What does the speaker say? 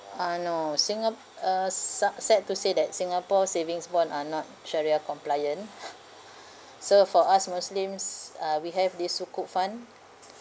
uh no singa~(uh) sa~ sad to say that singapore savings bond are not syariah compliant so for us muslims uh we have this sukuk fund